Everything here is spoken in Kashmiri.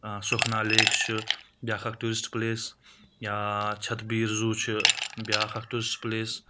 سُکھنا لَیک چھُ بیاکھ اکھ ٹوٗرِسٹہٕ پٕلَیس یا چھت بیٖر زوٗ چھُ بیاکھ اکھ ٹوٗرِسٹہٕ پلَیس